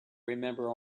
remember